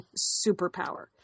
superpower